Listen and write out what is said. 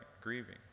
grieving